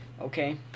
okay